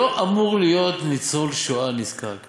לא אמור להיות ניצול שואה נזקק,